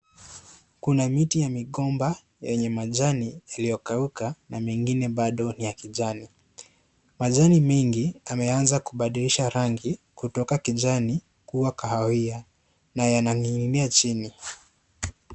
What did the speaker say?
Kuna miti ya migomba yenye machani yaliyo kauka na mengine bado ni ya kijani ,majani mengi yameanza kubadilisha rangi kutoka kijani kuwa kahawia na ya ning'inia chini.